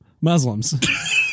muslims